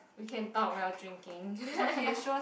we can talk while drinking